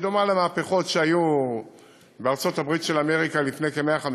היא דומה למהפכות שהיו בארצות-הברית של אמריקה לפני כ-150 שנה,